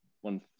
one